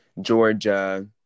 Georgia